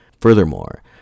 Furthermore